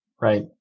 Right